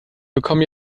bekommen